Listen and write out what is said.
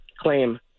claim